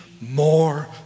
more